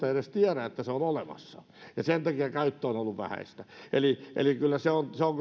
ei edes tiedä että se on olemassa ja sen takia käyttö on ollut vähäistä eli eli kyllä se on se on